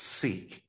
seek